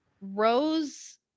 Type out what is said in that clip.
Rose